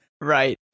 Right